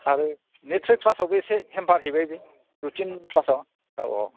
आरो निदसय क्लासआवबो एसे हेम्पार हैबाय बे रुतिन क्लासआव औ औ